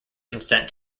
consent